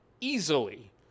easily